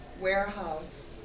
warehouse